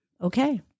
okay